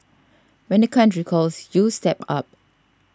when the country calls you step up